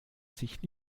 sich